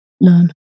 learn